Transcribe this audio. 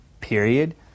period